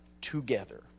together